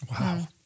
Wow